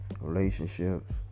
relationships